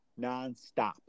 nonstop